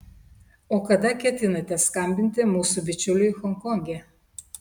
o kada ketinate skambinti mūsų bičiuliui honkonge